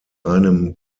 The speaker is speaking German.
einem